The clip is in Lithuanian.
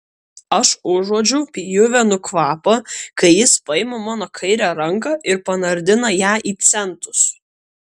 aš užuodžiu pjuvenų kvapą kai jis paima mano kairę ranką ir panardina ją į centus